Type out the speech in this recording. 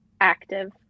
active